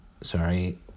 Sorry